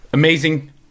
amazing